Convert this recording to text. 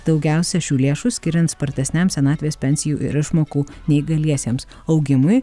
daugiausiai šių lėšų skiriant spartesniam senatvės pensijų ir išmokų neįgaliesiems augimui